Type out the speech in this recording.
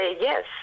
yes